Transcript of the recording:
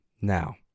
now